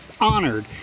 honored